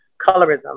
colorism